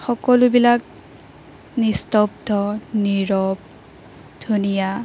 সকলোবিলাক নিস্তব্ধ নিৰৱ ধুনীয়া